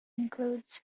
includes